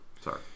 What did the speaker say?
Sorry